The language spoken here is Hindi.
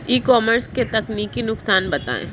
ई कॉमर्स के तकनीकी नुकसान बताएं?